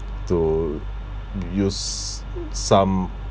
to u~ use some